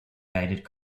guided